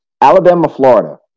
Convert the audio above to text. Alabama-Florida